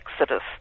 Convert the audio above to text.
exodus